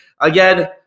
again